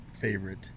favorite